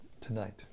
tonight